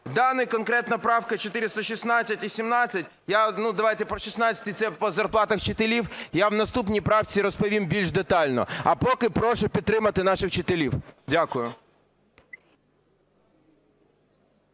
Дана конкретна правка 416 і 17. Давайте по 16-й – це по зарплатах вчителів, я в наступній правці розповім більш детально. А поки прошу підтримати наших вчителів. Дякую.